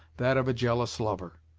that of a jealous lover.